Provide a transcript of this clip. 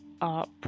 up